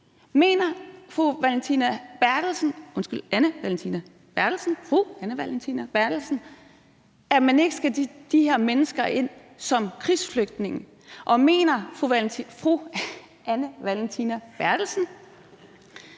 Mener fru Anne Valentina Berthelsen, at man ikke skal tage de her mennesker ind som krigsflygtninge, og mener fru Anne Valentina Berthelsen,